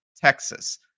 texas